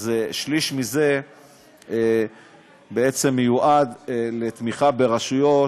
אז שליש מזה בעצם מיועד לתמיכה ברשויות,